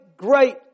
great